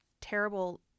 terrible